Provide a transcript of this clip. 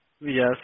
yes